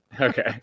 Okay